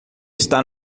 está